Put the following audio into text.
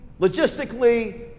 logistically